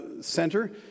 center